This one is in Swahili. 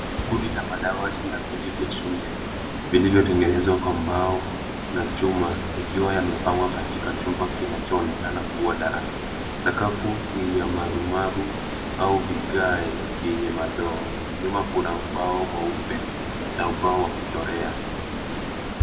Kundi la madawati la madawati na viti vya shule, vilivyo tengenezwa kwa mbao na chuma vikiwa yamepangwa katika chumba kinacho onekana kuwa darasa. Sakafu ni ya marumaru, au vigai vyenye madoa. Nyuma kuna mbao mweupe, na ubao wa kuchorea.